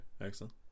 Excellent